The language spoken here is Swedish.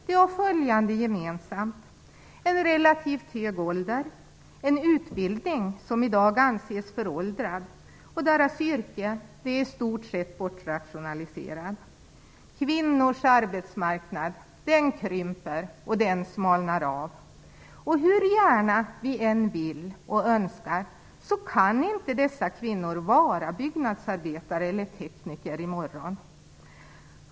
Det har följande gemensamt: en relativt hög ålder, en utbildning som i dag anses föråldrad, ett yrke som i stort sett är bortrationaliserat. Kvinnors arbetsmarknad krymper och blir smalare. Hur gärna vi än vill och önskar kan inte dessa kvinnor vara byggnadsarbetare eller tekniker i morgon.